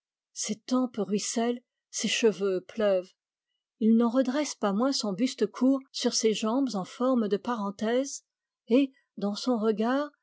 ses tempes ruissellent ses cheveux pleuvent il n'en redresse pas moins son buste court sur ses jambes en forme de parenthèse et dans son regard